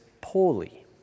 poorly